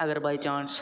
अगर by chance